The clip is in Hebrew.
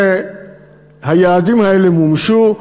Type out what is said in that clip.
והיעדים האלה מומשו,